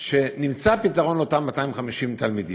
שנמצא פתרון לאותם 250 תלמידים.